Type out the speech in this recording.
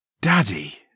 Daddy